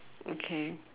okay